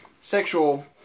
sexual